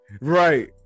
Right